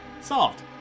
solved